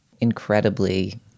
incredibly